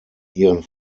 ihren